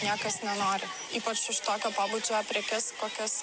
niekas nenori ypač už tokio pobūdžio prekes kokias